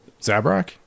Zabrak